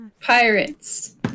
pirates